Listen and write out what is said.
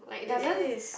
it is